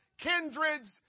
kindreds